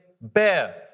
bear